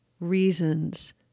reasons